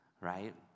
right